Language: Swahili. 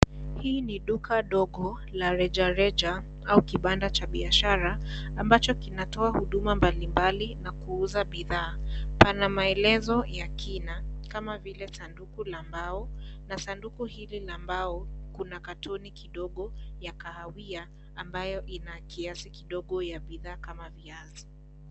Hii ni duka dogo la rejareja au kibanda cha biashara ambacho kinatoa huduma mablimbali na kuuza bidhaa, pana maelezo ya kina kama vile sanduku la mbao na sanduku hili la mbao kuna katoni kidogo ya kahawia ambayo ina kiasi kidogo ya bidhaa kama viazi.